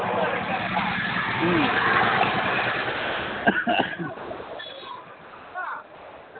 ꯎꯝ